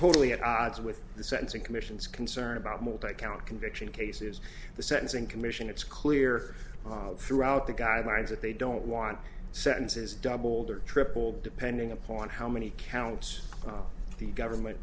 totally at odds with the sentencing commission's concern about mold i count conviction cases the sentencing commission it's clear throughout the guidelines that they don't want sentences doubled or tripled depending upon how many counts the government